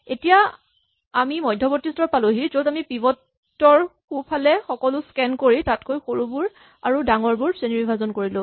এতিয়া আমি মধ্যৱৰ্তী স্তৰ পালোহি য'ত আমি পিভট ৰ সোঁফালে সকলো স্কেন কৰি তাতকৈ সৰু বোৰ আৰু ডাঙৰ বোৰ শ্ৰেণীবিভাজন কৰিলো